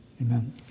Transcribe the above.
Amen